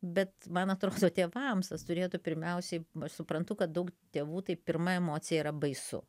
bet man atrodo tėvams tas turėtų pirmiausiai aš suprantu kad daug tėvų tai pirma emocija yra baisu